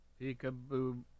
Peekaboo